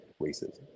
racism